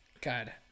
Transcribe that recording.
God